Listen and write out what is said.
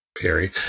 Perry